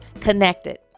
connected